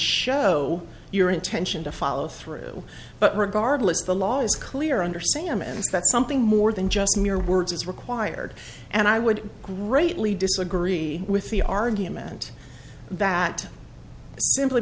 show your intention to follow through but regardless the law is clear under salman's that something more than just mere words is required and i would greatly disagree with the argument that simply